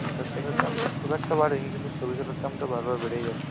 মোটা চালের দাম খুব একটা বাড়ে নি কিন্তু সরু চালের দামটা বারবার বেড়েই যাচ্ছে